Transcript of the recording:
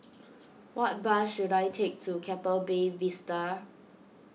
what bus should I take to Keppel Bay Vista